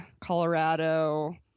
Colorado